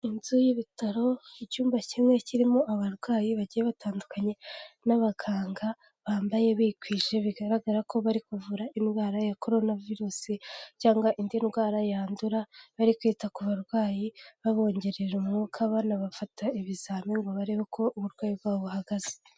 Inzu y'ibitaro, icyumba kimwe kirimo abarwayi bagiye batandukanye n'abaganga bambaye bikwije, bigaragara ko bari kuvura indwara ya korona virusi cyangwa indi ndwara yandura, bari kwita ku barwayi babongerera umwuka, banabafata ibizamini ngo barebe uko uburwayi bwabo buhagaze.